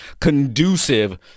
conducive